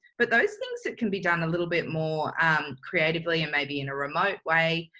but those things that can be done a little bit more um creatively and maybe in a remote way,